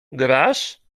grasz